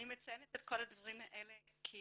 אני מציינת את כל הדברים האלה כי